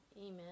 Amen